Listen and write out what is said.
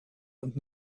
und